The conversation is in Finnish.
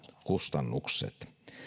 kustannukset